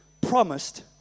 promised